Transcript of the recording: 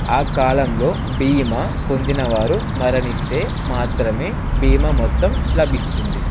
ఆ కాలంలో బీమా పొందినవారు మరణిస్తే మాత్రమే బీమా మొత్తం లభిస్తుంది